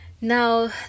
Now